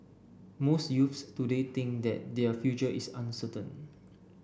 most youths today think that their future is uncertain